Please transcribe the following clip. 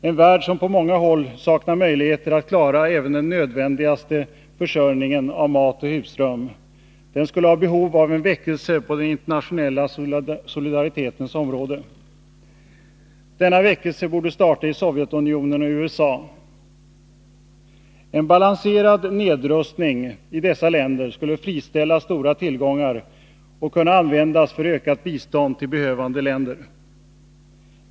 En värld som på många håll saknar möjligheter att klara även den nödvändigaste försörjningen av mat och husrum skulle ha behov av en väckelse på den internationella solidaritetens område. Denna väckelse borde starta i Sovjetunionen och USA. En balanserad nedrustning i dessa länder skulle friställa stora tillgångar att kunna användas för ökat bistånd till behövande länder.